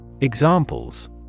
Examples